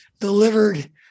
delivered